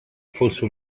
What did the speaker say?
fosse